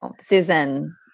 Susan